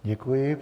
Děkuji.